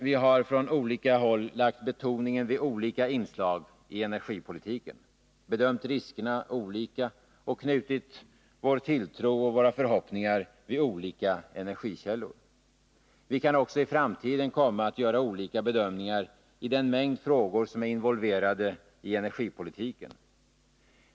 Vi har från olika håll lagt betoningen vid olika inslag i energipolitiken, bedömt riskerna olika och knutit vår tilltro och våra förhoppningar till olika energislag. Vi kan också i framtiden komma att göra olika bedömningar i den mängd frågor som är involverade i energipolitiken.